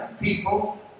people